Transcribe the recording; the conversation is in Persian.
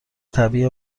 طبیعی